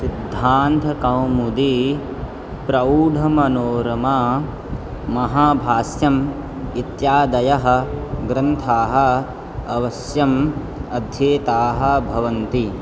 सिद्धान्तकौमुदी प्रौढमनोरमा महाभाष्यम् इत्यादयः ग्रन्थाः अवश्यम् अध्येताः भवन्ति